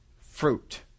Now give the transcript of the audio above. fruit